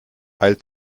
eilt